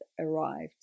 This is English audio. arrived